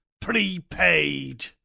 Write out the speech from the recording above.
prepaid